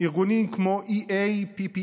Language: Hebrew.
ארגונים כמו EAPPI,